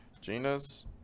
Gina's